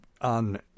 on